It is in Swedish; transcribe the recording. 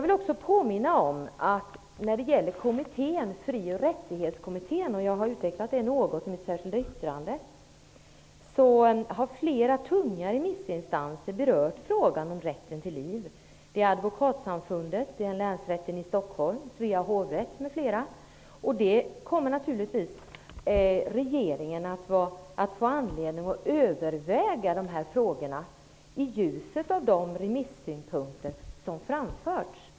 Flera tunga remissinstanser har vid behandlingen av Fri och rättighetskommitténs betänkande berört frågan om rätten till liv. Jag har utvecklat det något i mitt särskilda yttrande. Det är Advokatsamfundet, Länsrätten i Stockholm, Svea hovrätt m.fl. Regeringen kommer naturligtvis att få anledning att överväga dessa frågor i ljuset av de remissynpunkter som framförts.